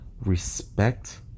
Respect